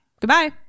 goodbye